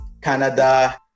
Canada